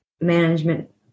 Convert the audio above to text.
management